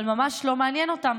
אבל ממש, לא מעניין אותם.